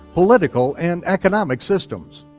political, and economic systems.